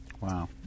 Wow